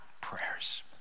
prayers